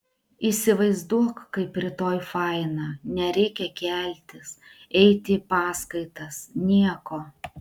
įsivaizduok kaip rytoj faina nereikia keltis eiti į paskaitas nieko